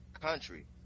country